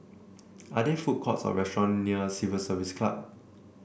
are there food courts or restaurant near Civil Service Club